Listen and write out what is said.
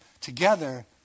Together